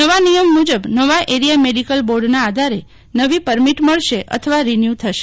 નવા નિયમ મુજબ નવા એરિયા મેડીકલ બોર્ડના આધારે નવી પરમિટ મળશે અથવા રિન્યુ થશે